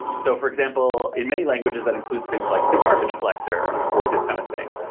so, for example, in many languages, that includes things like the garbage collector, or this kind of thing.